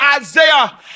Isaiah